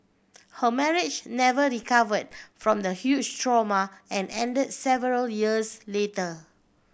her marriage never recovered from the huge trauma and end several years later